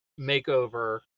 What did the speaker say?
makeover